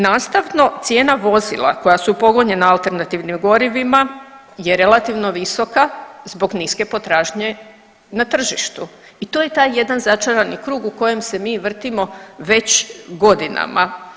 Nastavno, cijena vozila koja su pogonjena alternativnim gorivima je relativno visoka zbog niske potražnje na tržištu i to je taj jedan začarani krug u kojem se mi vrtimo već godinama.